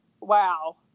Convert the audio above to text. wow